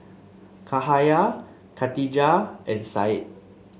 Cahaya Katijah and Said